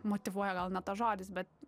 motyvuoja gal ne tas žodis bet